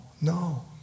no